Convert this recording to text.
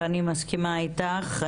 אני מסכימה איתך.